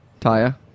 Taya